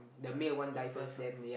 the one there first